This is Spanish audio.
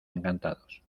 encantados